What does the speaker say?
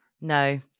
No